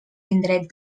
indrets